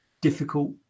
Difficult